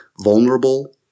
vulnerable